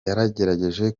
yagerageje